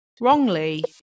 wrongly